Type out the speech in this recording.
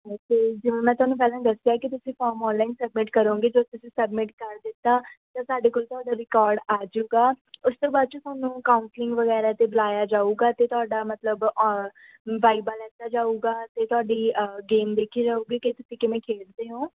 ਅਤੇ ਜਿਵੇਂ ਮੈਂ ਤੁਹਾਨੂੰ ਪਹਿਲਾਂ ਦੱਸਿਆ ਕਿ ਤੁਸੀਂ ਫਾਰਮ ਔਨਲਾਈਨ ਸਬਮਿਟ ਕਰੋਗੇ ਜੋ ਤੁਸੀਂ ਸਬਮਿਟ ਕਰ ਦਿੱਤਾ ਤਾਂ ਸਾਡੇ ਕੋਲ ਤੁਹਾਡਾ ਰਿਕਾਰਡ ਆ ਜਾਊਗਾ ਉਸ ਤੋਂ ਬਾਅਦ ਜੀ ਤੁਹਾਨੂੰ ਕਾਉਂਸਲਿੰਗ ਵਗੈਰਾ 'ਤੇ ਬੁਲਾਇਆ ਜਾਊਗਾ ਅਤੇ ਤੁਹਾਡਾ ਮਤਲਬ ਬਾਈਬਾ ਲਿਤਾ ਜਾਊਗਾ ਅਤੇ ਤੁਹਾਡੀ ਗੇਮ ਦੇਖੀ ਜਾਊਗੀ ਕਿ ਤੁਸੀਂ ਕਿਵੇਂ ਖੇਡਦੇ ਹੋ